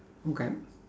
okay